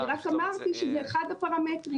אני רק אמרתי שזה אחד הפרמטרים,